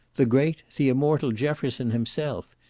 the great, the immortal jefferson himself,